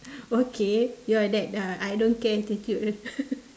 okay your that uh I don't care attitude